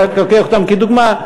ואני לוקח גם כדוגמה,